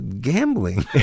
gambling